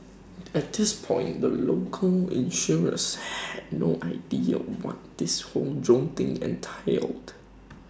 at this point the local insurers had no idea what this whole drone thing entailed